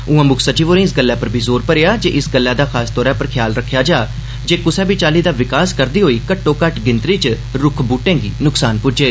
ऊआ मुक्ख सचिव होरे इस गल्लै पर बी जोर भरेआ जे इस गल्ला दा खास तौर उप्पर ख्याल रक्खेआ जा जे कुसै बी चाल्ली दा विकास करदे होई घट्टोघट्ट गिनतरी च रूक्ख बूहटें गी नुक्सान पुज्जै